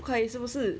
不可以是不是